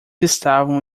estavam